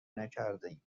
نکردهایم